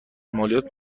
مالیات